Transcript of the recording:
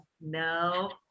no